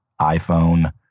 iPhone